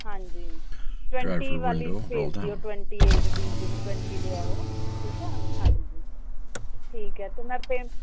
ਹਾਂਜੀ ਟਵੈਂਟੀ ਵਾਲੀ ਭੇਜ ਦਿਓ ਟਵੈਂਟੀ ਏਜ ਦੀ ਜਿਵੇਂ ਟਵੈਂਟੀ ਦੇ ਹੈ ਉਹ ਠੀਕ ਹੈ ਹਾਂਜੀ ਠੀਕ ਹੈ ਅਤੇ ਮੈਂ ਪੇ